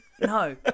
No